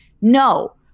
No